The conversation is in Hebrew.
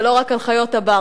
ולא רק על חיות הבר?